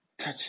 touch